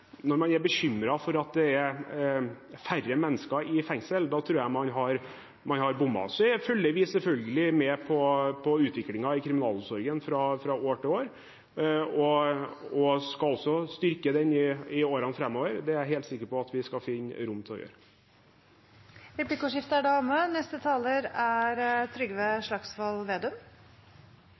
når man er bekymret over at det er færre mennesker i fengsel. Da tror jeg man har bommet. Vi følger selvfølgelig med på utviklingen i kriminalomsorgen fra år til år og skal også styrke den i årene framover. Det er jeg helt sikker på at vi skal finne rom til å gjøre. Replikkordskiftet er omme. Først vil jeg gratulere stortingspresidenten, Stortinget og deler av regjeringen med at det i morgen er